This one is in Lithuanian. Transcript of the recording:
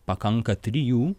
pakanka trijų